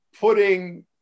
putting